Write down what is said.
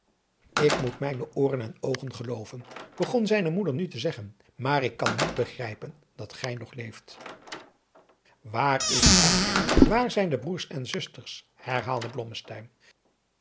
ik moet mijne ooren en oogen gelooven begon zijne moeder nu te zeggen maar ik kan niet begrijpen dat gij nog leeft waar is vader waar zijn de broêrs en zusters herhaalde